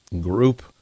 Group